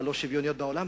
הלא-שוויוניות בעולם.